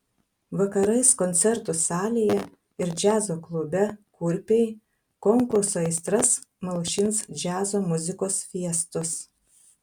vakarais koncertų salėje ir džiazo klube kurpiai konkurso aistras malšins džiazo muzikos fiestos